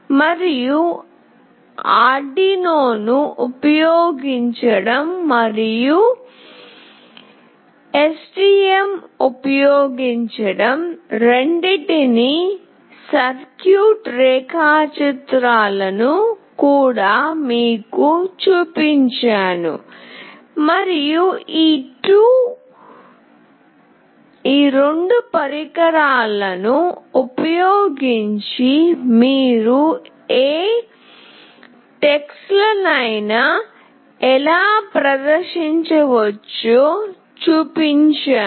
మరియు ఆర్డ్యునోను ఉపయోగించడం మరియు ఎస్టిఎమ్ ఉపయోగించడం రెండింటినీ సర్క్యూట్ రేఖాచిత్రాలను కూడా మీకు చూపించాను మరియు ఈ 2 పరికరాలను ఉపయోగించి మీరు ఏ టెక్స్ట్లైన్ను ఎలా ప్రదర్శించవచ్చో చూపించాను